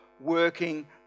working